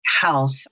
health